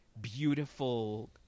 beautiful